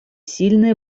сильная